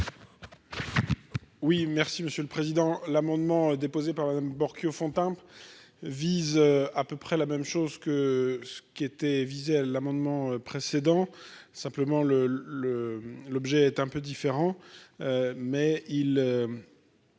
Oui, merci Monsieur le Président l'amendement déposé par là même, Borchio Fontimp, vise à peu près la même chose que ce qui était visé, l'amendement précédent, simplement le le l'objet est un peu différent mais il.